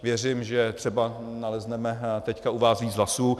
Věřím, že třeba nalezneme teď u vás více hlasů.